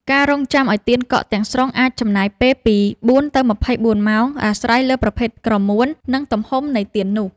ការរង់ចាំឱ្យទៀនកកទាំងស្រុងអាចចំណាយពេលពី ៤ ទៅ ២៤ ម៉ោង អាស្រ័យលើប្រភេទក្រមួន និងទំហំនៃទៀននោះ។